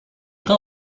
que